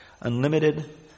unlimited